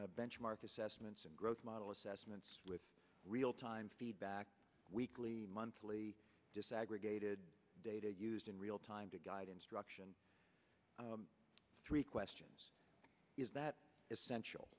benchmark assessments and growth model assessments with real time feedback weekly monthly desegregated data used in real time to guide instruction three questions is that essential